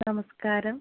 നമസ്കാരം